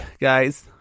guys